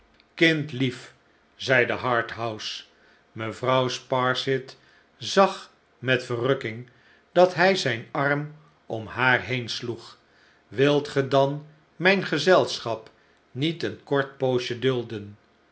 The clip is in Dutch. kindlief zeide harthouse mevrouw sparsit zag met verrukking dat hij zijn arm om haar heen sioeg wilt ge dan mijn gezelschap niet een kort poosje dulden